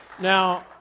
Now